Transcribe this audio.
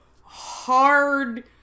hard